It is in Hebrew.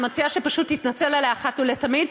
אני מציעה שפשוט תתנצל עליה אחת ולתמיד,